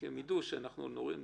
כי אם ידעו שנוריד 25%,